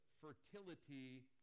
fertility